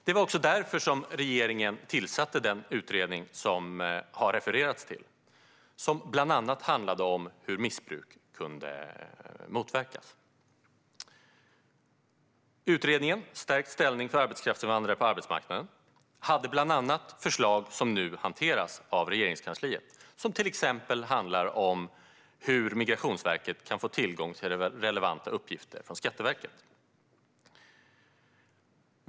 Det var därför som regeringen tillsatte den utredning som har refererats till, som bland annat handlade om hur missbruk kunde motverkas. Utredningen, Stärkt ställning för arbetskraftsinvandrare på arbetsmarknaden, hade bland annat förslag som nu hanteras av Regeringskansliet. Det handlar till exempel om hur Migrationsverket kan få tillgång till relevanta uppgifter från Skatteverket.